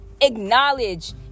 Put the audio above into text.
acknowledge